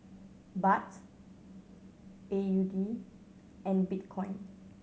Baht A U D and Bitcoin